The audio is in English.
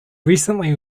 recently